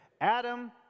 Adam